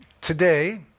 today